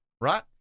right